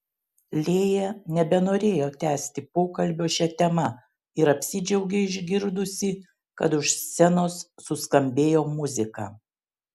lėja nebenorėjo tęsti pokalbio šia tema ir apsidžiaugė išgirdusi kad už scenos suskambėjo muzika